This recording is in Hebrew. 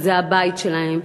שזה הבית שלהם,